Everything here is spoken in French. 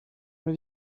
elle